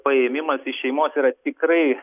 paėmimas iš šeimos yra tikrai